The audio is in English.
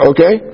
Okay